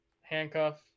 handcuff